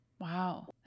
Wow